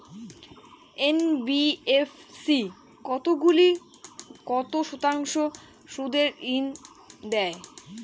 NBFC কতগুলি কত শতাংশ সুদে ঋন দেয়?